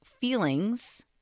feelings